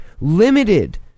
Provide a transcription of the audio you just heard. limited